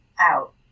out